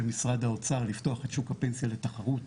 משרד האוצר לפתוח את שוק הפנסיה לתחרות